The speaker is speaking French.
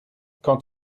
quand